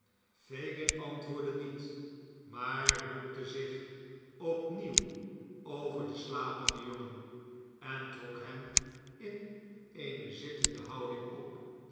fagin antwoordde niet maar bukte zich or nieuw over den slapenden jongen en trok hem in eene zittende houding op